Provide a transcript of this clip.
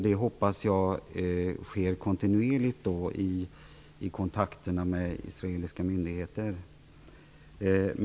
Jag hoppas att det sker kontinuerligt i kontakterna med israeliska myndigheter.